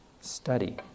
Study